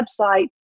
website